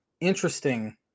interesting